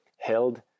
held